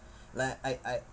like I I